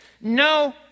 no